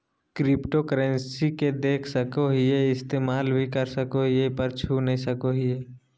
cryptocurrency के देख सको हीयै इस्तेमाल भी कर सको हीयै पर छू नय सको हीयै